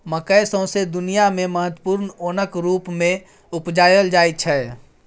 मकय सौंसे दुनियाँ मे महत्वपूर्ण ओनक रुप मे उपजाएल जाइ छै